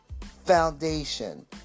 foundation